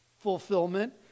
fulfillment